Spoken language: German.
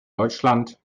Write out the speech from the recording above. deutschland